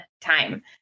time